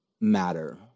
matter